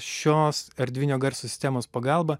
šios erdvinio garso sistemos pagalba